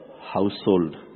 household